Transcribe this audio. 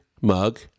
mug